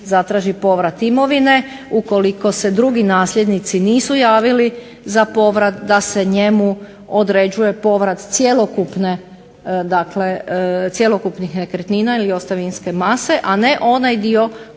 zatraži povrat imovine ukoliko se drugi nasljednici nisu javili za povrat da se njemu određuje povrat cjelokupnih nekretnina ili ostavinske mase ili ne onaj dio koji